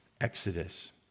exodus